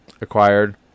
acquired